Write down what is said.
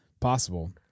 Possible